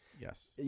Yes